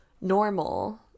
normal